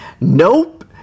Nope